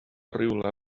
rywle